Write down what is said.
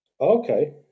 Okay